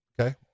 Okay